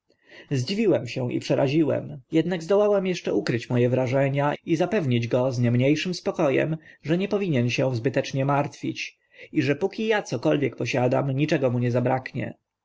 zdziwiłem się i przeraziłem ednak zdołałem eszcze ukryć mo e wrażenia i zapewnić go z nie mnie szym spoko em że nie powinien się zbytecznie martwić i że póki a cokolwiek posiadam nigdy mu niczego nie zabraknie